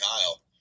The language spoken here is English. Kyle